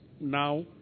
now